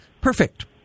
Perfect